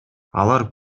алар